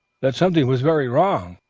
that something was very wrong.